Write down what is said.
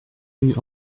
rue